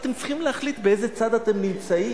אתם צריכים להחליט באיזה צד אתם נמצאים.